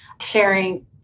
sharing